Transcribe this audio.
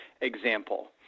example